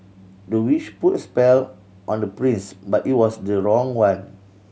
the witch put a spell on the prince but it was the wrong one